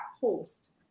post